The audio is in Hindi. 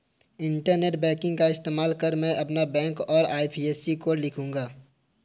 इंटरनेट बैंकिंग का इस्तेमाल कर मैं अपना बैंक और आई.एफ.एस.सी कोड लिखूंगा